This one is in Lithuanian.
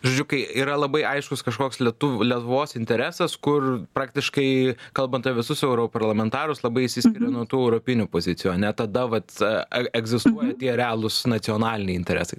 žodžiu kai yra labai aiškus kažkoks lietuvos interesas kur praktiškai kalbant apie visus europarlamentarus labai išsiskiria nuo tų europinių pozicijų ane tada vat ar egzistuoja tie realūs nacionaliniai interesai taip sakant